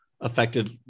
affected